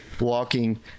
walking